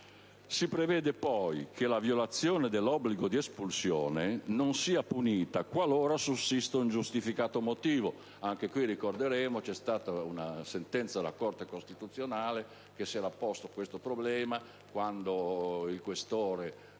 Si prevede poi che la violazione dell'obbligo di espulsione non sia punita qualora sussista un giustificato motivo. Ricorderemo anche in questo caso che vi è stata una sentenza della Corte costituzionale che si era posta questo problema: quando il questore